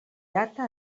data